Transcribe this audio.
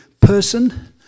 person